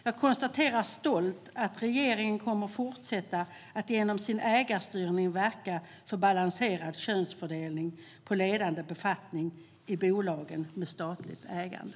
Jag konstaterar stolt att regeringen genom sin ägarstyrning kommer att fortsätta att verka för en balanserad könsfördelning i fråga om ledande befattningar i bolagen med statligt ägande.